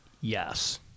yes